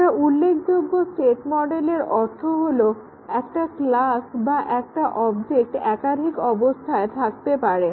একটা উল্লেখযোগ্য স্টেট মডেলের অর্থ হলো একটা ক্লাস বা একটা অবজেক্ট একাধিক অবস্থায় থাকতে পারে